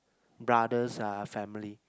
brothers are family